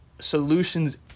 solutions